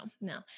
No